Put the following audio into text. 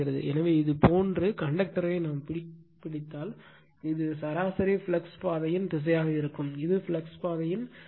எனவே இதுபோன்று கண்டக்டரைப் பிடித்தால் இது சராசரி ஃப்ளக்ஸ் பாதையின் திசையாக இருக்கும் இது ஃப்ளக்ஸ் பாதையின் திசையாகும்